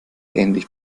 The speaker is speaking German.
ähnlich